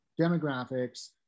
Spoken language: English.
demographics